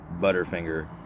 Butterfinger